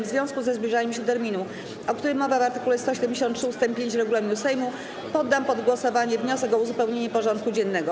W związku ze zbliżaniem się terminu, o którym mowa w art. 173 ust. 5 regulaminu Sejmu, poddam pod głosowanie wniosek o uzupełnienie porządku dziennego.